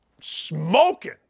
smoking